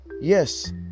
yes